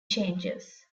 changes